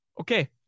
Okay